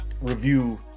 Review